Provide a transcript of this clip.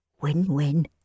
Win-win